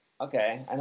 Okay